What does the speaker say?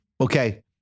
Okay